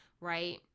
right